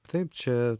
taip čia